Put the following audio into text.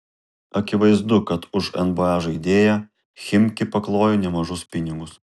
akivaizdu kad už nba žaidėją chimki paklojo nemažus pinigus